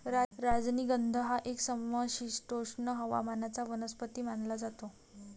राजनिगंध हा एक समशीतोष्ण हवामानाचा वनस्पती मानला जातो